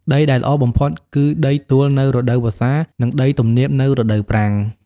ដីដែលល្អបំផុតគឺដីទួលនៅរដូវវស្សា និងដីទំនាបនៅរដូវប្រាំង។